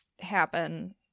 happen